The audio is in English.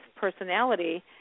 personality